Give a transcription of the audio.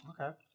Okay